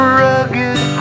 rugged